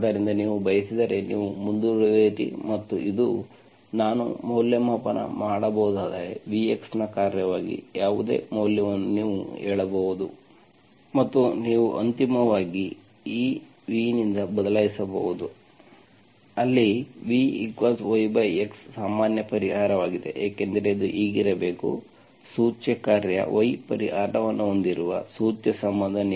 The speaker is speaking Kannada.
ಆದ್ದರಿಂದ ನೀವು ಬಯಸಿದರೆ ನೀವು ಮುಂದುವರಿಯಿರಿ ಮತ್ತು ಇದು ನಾನು ಮೌಲ್ಯಮಾಪನ ಮಾಡಬಹುದಾದರೆ vx ನ ಕಾರ್ಯವಾಗಿ ಯಾವುದೇ ಮೌಲ್ಯವನ್ನು ನೀವು ಹೇಳಬಹುದು ಮತ್ತು ಅಂತಿಮವಾಗಿ ನೀವು v ನಿಂದ ಬದಲಾಯಿಸಬಹುದು ಅಲ್ಲಿ vyx ಸಾಮಾನ್ಯ ಪರಿಹಾರವಾಗಿದೆ ಏಕೆಂದರೆ ಇದು ಹೀಗಿರಬೇಕು ಸೂಚ್ಯ ಕಾರ್ಯ y ಪರಿಹಾರವನ್ನು ಹೊಂದಿರುವ ಸೂಚ್ಯ ಸಂಬಂಧ